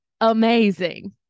amazing